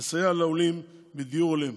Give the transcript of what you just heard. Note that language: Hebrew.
לסייע לעולים בדיור הולם,